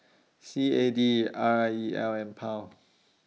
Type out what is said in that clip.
C A D R I E L and Pound